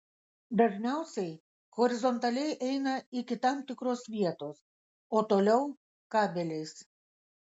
dažniausiai horizontaliai eina iki tam tikros vietos o toliau kabeliais